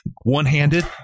one-handed